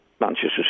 Manchester